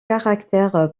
caractère